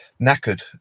knackered